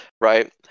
right